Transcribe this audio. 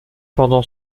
pendant